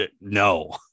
no